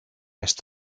est